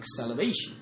acceleration